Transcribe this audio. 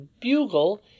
Bugle